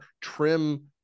trim